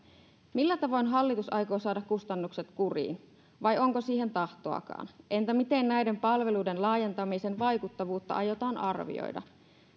millä tavoin hallitus aikoo saada kustannukset kuriin vai onko siihen tahtoakaan entä miten näiden palveluiden laajentamisen vaikuttavuutta aiotaan arvioida